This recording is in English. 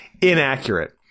inaccurate